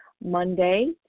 Monday